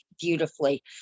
beautifully